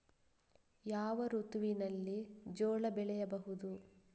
ಯಾವ ಋತುವಿನಲ್ಲಿ ಜೋಳ ಬೆಳೆಸಬಹುದು?